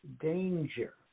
danger